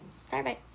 Starbucks